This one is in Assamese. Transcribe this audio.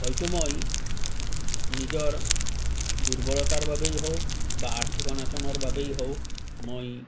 হয়তো মই নিজৰ দুৰ্বলতাৰ বাবেই হওক বা আৰ্থিক অনাটনৰ বাবেই হওক মই